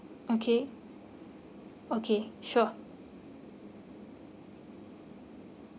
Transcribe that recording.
okay okay sure